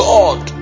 God